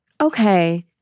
okay